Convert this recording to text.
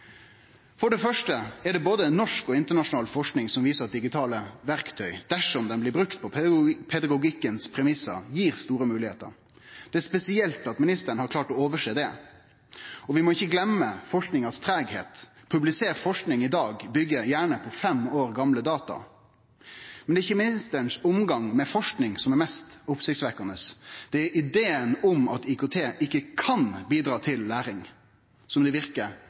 For det første er det både norsk og internasjonal forsking som viser at digitale verktøy – dersom dei blir brukte på pedagogikkens premiss – gir store moglegheiter. Det er spesielt at ministeren har klart å oversjå det. Vi må ikkje gløyme at forsking går tregt. Forsking som blir publisert i dag, byggjer gjerne på fem år gamle data. Men det er ikkje omgangen som ministeren har med forsking, som er mest oppsiktsvekkjande. Det er ideen om at IKT ikkje kan bidra til læring, som det verkar